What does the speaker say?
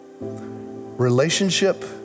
relationship